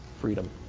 freedom